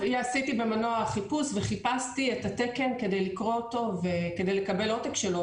במנוע החיפוש חיפשתי את התקן כדי לקרוא אותו וכדי לקבל עותק שלו,